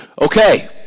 Okay